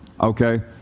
okay